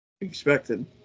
Expected